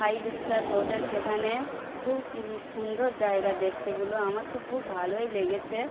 five star hotel সেখানে খুব সুন্দর জায়গা দেখতেগুলো আমার তো খুব ভালোই লেগেছে